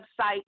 website